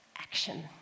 action